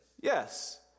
yes